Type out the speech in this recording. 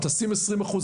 תשים עשרים אחוז,